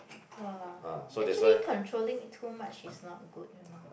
!wah! actually controlling it too much is not good you know